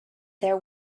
there